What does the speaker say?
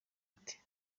ati